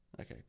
Okay